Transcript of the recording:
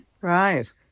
Right